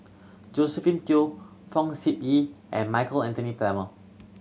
Josephine Teo Fong Sip Ee and Michael Anthony Palmer